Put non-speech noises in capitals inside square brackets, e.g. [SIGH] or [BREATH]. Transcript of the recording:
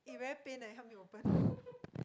eh very pain eh help me open [BREATH]